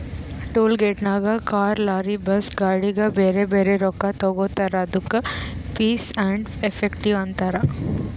toll ಗೇಟ್ನಾಗ್ car, lorry, bus, ಗಾಡಿಗ ಬ್ಯಾರೆ ಬ್ಯಾರೆ ರೊಕ್ಕಾ ತಗೋತಾರ್ ಅದ್ದುಕ ಫೀಸ್ ಆ್ಯಂಡ್ ಎಫೆಕ್ಟಿವ್ ಅಂತಾರ್